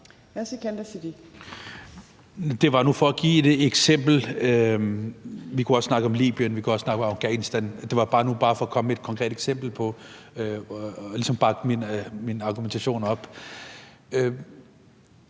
Det var nu for et give et eksempel. Vi kunne også snakke om Libyen eller om Afghanistan. Det var bare for at komme med et konkret eksempel og ligesom bakke min argumentation op.